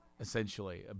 essentially